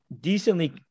Decently